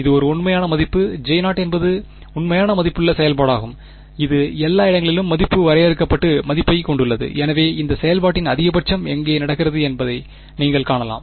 இது ஒரு உண்மையான மதிப்பு J0 என்பது உண்மையான மதிப்புள்ள செயல்பாடாகும் இது எல்லா இடங்களிலும் மதிப்பு வரையறுக்கப்பட்ட மதிப்பைக் கொண்டுள்ளது எனவே இந்த செயல்பாட்டின் அதிகபட்சம் எங்கே நடக்கிறது என்பதை நீங்கள் காணலாம்